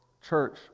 Church